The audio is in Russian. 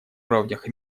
уровнях